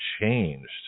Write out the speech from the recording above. changed